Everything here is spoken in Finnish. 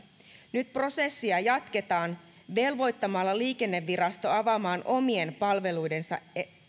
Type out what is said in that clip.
nyt prosessia jatketaan velvoittamalla liikennevirasto avaamaan omien palveluidensa